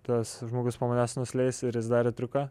tas žmogus po manęs nusileis ir jis darė triuką